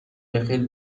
بخیر